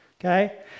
okay